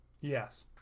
Yes